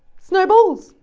snowballs.